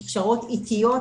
יש הכשרות איטיות,